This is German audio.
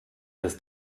des